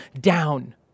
down